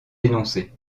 énoncé